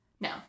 no